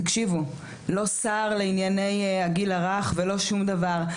לא שר לענייני הגיל הרך ולא שום דבר.